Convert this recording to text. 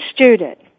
student